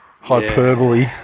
hyperbole